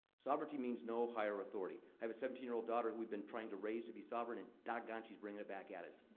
sovereignty means no higher authority. i have a seventeen year old daughter who we've been trying to raise to be sovereign, and doggone, she's bringing it back at us.